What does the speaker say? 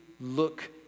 look